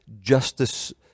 justice